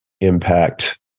impact